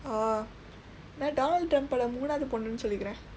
oh நான்:naan donald trump-ooda மூணாவது பொண்ணுன்னு சொல்லிக்கிறேன்:muunaavathu ponnunnu sollikkireen